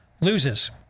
loses